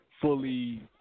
fully